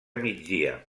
migdia